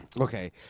Okay